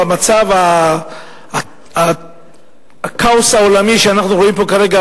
במצב הכאוס העולמי שאנחנו רואים פה כרגע,